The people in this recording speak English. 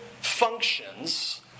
functions